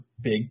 big